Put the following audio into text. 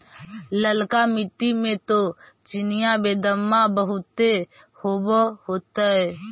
ललका मिट्टी मे तो चिनिआबेदमां बहुते होब होतय?